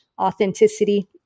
authenticity